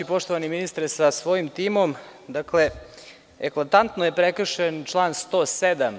Poštovani ministre sa svojim timom, eklatantno je prekršen član 107.